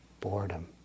Boredom